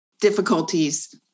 difficulties